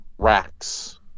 Racks